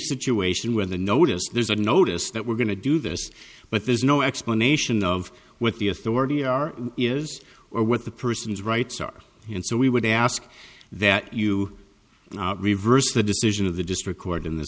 situation where the notice there's a notice that we're going to do this but there's no explanation of what the authority are is or what the person's rights are and so we would ask that you reverse the decision of the district court in this